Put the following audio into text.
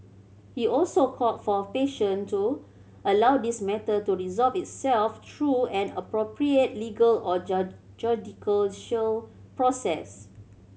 he also called for patience to allow this matter to resolve itself through an appropriate legal or judicial show process